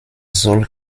zoll